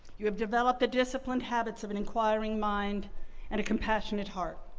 you have developed a disciplined habits of an inquiring mind and a compassionate heart.